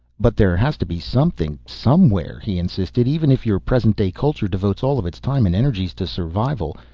but there has to be something somewhere, he insisted even if your present-day culture devotes all of its time and energies to survival,